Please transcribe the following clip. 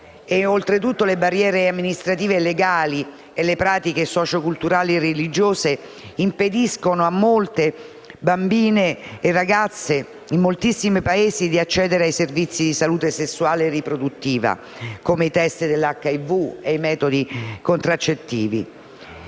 Oltre tutto, le barriere amministrative e legali e le pratiche socioculturali e religiose in moltissimi Paesi impediscono a molte bambine e ragazze di accedere ai servizi di salute sessuale e riproduttiva, come i *test* dell'HIV e i metodi contraccettivi.